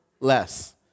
less